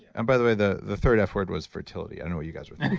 and by the way, the the third f word was fertility. i know what you guys were